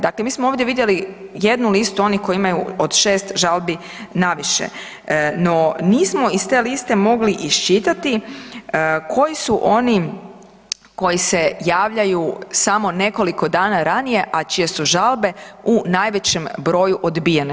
Dakle, mi smo ovdje vidjeli jednu listu onih koji imaju od 6 žalbi naviše, no nismo iz te liste mogli iščitati koji su oni koji se javljaju samo nekoliko dana ranije, a čije su žalbe u najvećem broju odbijene.